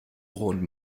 und